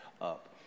up